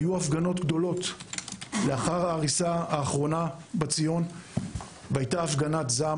היו הפגנות גדולות לאחר ההריסה האחרונה בציון והייתה הפגנת זעם